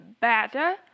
better